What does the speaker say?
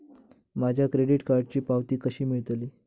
माझ्या क्रेडीट कार्डची पावती कशी मिळतली?